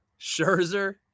Scherzer